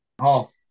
half